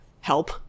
help